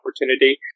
opportunity